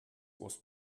was